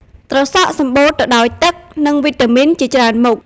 ត្រសក់ សម្បូរទៅដោយទឹក និងវីតាមីនជាច្រើនមុខ។